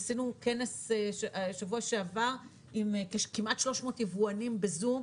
בשבוע שעבר עשינו כנס עם כמעט 300 יבואנים בזום,